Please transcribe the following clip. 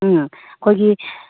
ꯎꯝ ꯑꯩꯈꯣꯏꯒꯤ